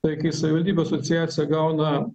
tai kai savivaldybių asociacija gauna